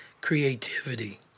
creativity